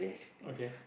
okay